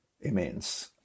immense